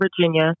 Virginia